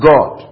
God